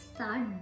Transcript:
Start